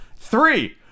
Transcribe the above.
three